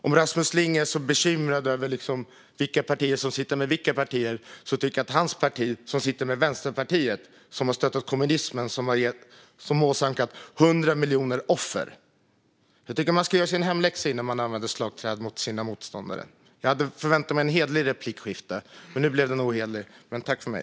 Om Rasmus Ling är så bekymrad över vilka partier som sitter med vilka partier tycker jag att han ska tänka på att hans parti sitter med Vänsterpartiet. Vänsterpartiet har stöttat kommunismen, som har orsakat 100 miljoner offer. Jag tycker att man ska göra sin hemläxa innan man använder slagträn mot sina motståndare. Jag hade förväntat mig ett hederligt replikskifte. Det blev ohederligt, men tack för mig.